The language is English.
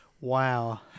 wow